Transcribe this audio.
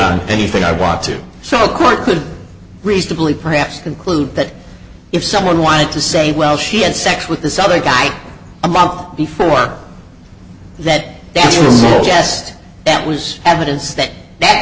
on anything i want to so court could reasonably perhaps conclude that if someone wanted to say well she had sex with this other guy a month before that suggest that was evidence that that